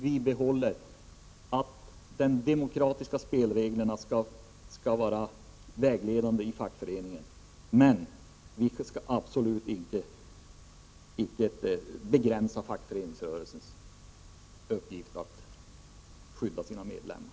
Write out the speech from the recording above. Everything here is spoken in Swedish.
Vi vidhåller att de demokratiska spelreglerna skall vara vägledande inom fackföreningarna, men vi skall absolut inte begränsa fackföreningsrörelsens uppgift att skydda sina medlemmar.